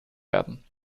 werden